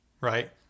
right